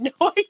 no